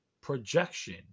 projection